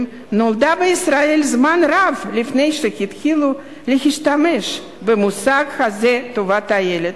נולדה בישראל זמן רב לפני שהתחילו להשתמש במושג הזה של טובת הילד.